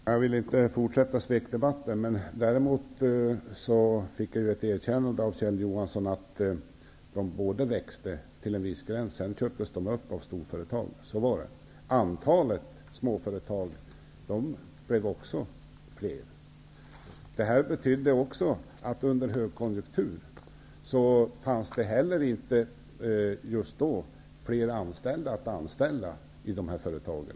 Herr talman! Jag vill inte fortsätta svekdebatten. Jag noterar att fick jag ett erkännande av Kjell Johansson när han sade att småföretagen växte till en viss gräns och sedan köptes upp av storföretagen. Så var det. Antalet småföretag blev också fler. Det betydde att det under högkonjunktur inte fanns fler att anställa i de företagen.